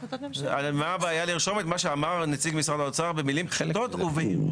מה הבעיה לרשום את מה שאמר נציג משרד האוצר במילים פשוטות ובהירות?